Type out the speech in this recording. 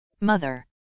mother